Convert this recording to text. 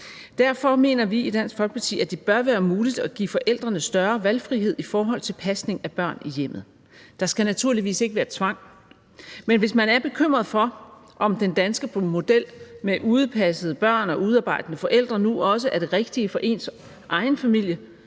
Derfor mener vi i Dansk Folkeparti, at det bør være muligt at give forældrene større valgfrihed i forhold til pasning af børn i hjemmet. Der skal naturligvis ikke være tvang, men hvis man er bekymret for, om den danske model med udepassede børn og udearbejdende forældre nu også er det rigtige for ens egen familie,